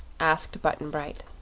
asked button-bright.